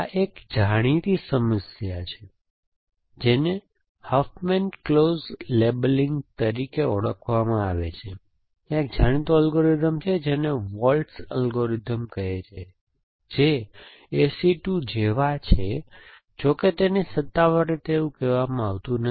આ એક જાણીતી સમસ્યા છે જેને હફમેન ક્લોઝ લેબલિંગ તરીકે ઓળખવામાં આવે છે અને ત્યાં એક જાણીતો અલ્ગોરિધમ છે જેને વોલ્ટ્ઝ અલ્ગોરિધમ કહે છે જે AC 2 જેવા છે જોકે તેને સત્તાવાર રીતે એવું કહેવામાં આવતું નથી